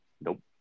Nope